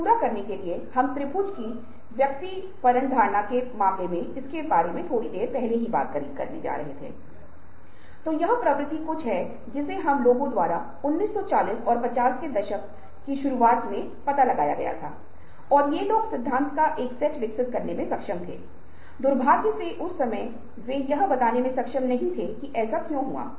यह बुद्धि की एक माप है जहा मानसिक आयु को कालानुक्रमिक आयु द्वारा विभाजित करके उसे 100 से गुणा किया जाता है और मापा जाता है